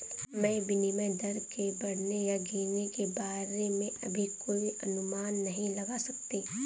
मैं विनिमय दर के बढ़ने या गिरने के बारे में अभी कोई अनुमान नहीं लगा सकती